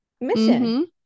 mission